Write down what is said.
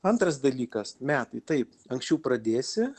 antras dalykas metai taip anksčiau pradėsi